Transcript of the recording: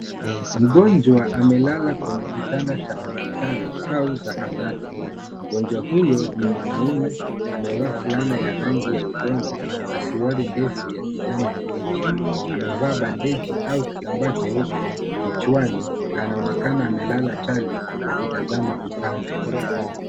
Mgonjwa amelala kwenye kitanda cha hospitali au zahanati, mgonjwa huyo ni mwanaume, amevaa fulana ya rangi ya udongo na suruali ndefu ya kijani kibichi. Amevaa bandeji au kitambaa cheupe kichwani, anaonekana amelala chali, akitazama upande.